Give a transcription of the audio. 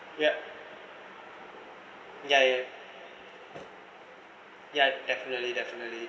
ya ya ya ya definitely definitely